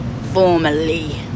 Formerly